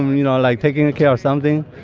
you know like, taking ah care of something.